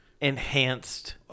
enhanced